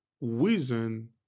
reason